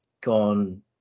gone